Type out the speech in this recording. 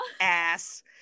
Ass